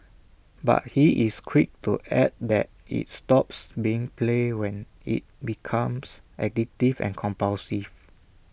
but he is quick to add that IT stops being play when IT becomes addictive and compulsive